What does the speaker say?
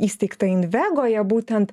įsteigtą invegoje būtent